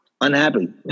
Unhappy